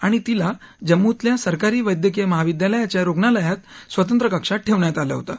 आणि तिला जम्मूतल्या सरकारी वैद्यकीय महाविद्यालयाच्या रुग्णालयात स्वतंत्र कक्षात ठ्येण्यात आलं होतं